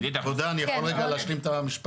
כבודה, אני יכול רגע להשלים את המשפט?